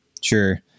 Sure